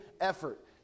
effort